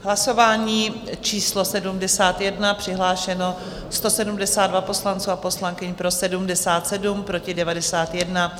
Hlasování číslo 71, přihlášeno 172 poslanců a poslankyň, pro 77, proti 91.